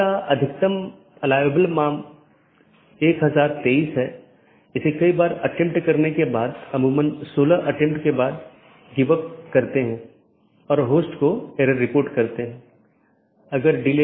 आज हमने जो चर्चा की है वह BGP रूटिंग प्रोटोकॉल की अलग अलग विशेषता यह कैसे परिभाषित किया जा सकता है कि कैसे पथ परिभाषित किया जाता है इत्यादि